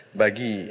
bagi